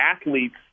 athletes